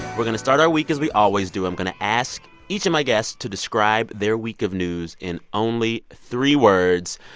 we're going to start our week as we always do. i'm going to ask each of my guests to describe their week of news in only three words.